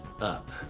up